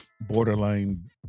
borderline